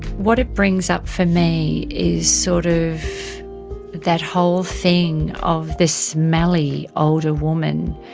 what it brings up for me is sort of that whole thing of the smelly older woman.